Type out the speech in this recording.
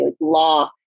law